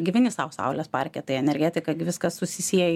gyveni sau saulės parke tai energetika gi viskas susisieja